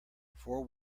fore